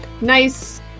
Nice